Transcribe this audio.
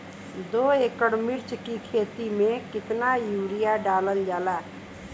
दो एकड़ मिर्च की खेती में कितना यूरिया डालल जाला?